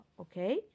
okay